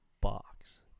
box